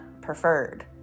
Preferred